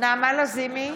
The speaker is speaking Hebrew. נעמה לזימי,